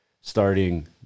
Starting